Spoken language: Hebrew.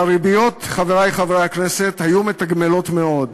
והריביות, חברי חברי הכנסת, היו מתגמלות מאוד: